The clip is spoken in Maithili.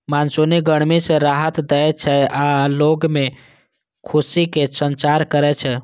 मानसून गर्मी सं राहत दै छै आ लोग मे खुशीक संचार करै छै